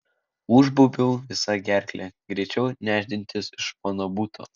užbaubiau visa gerkle greičiau nešdintis iš mano buto